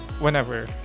Whenever